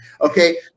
okay